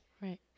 right